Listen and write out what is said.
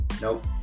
nope